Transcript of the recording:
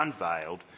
unveiled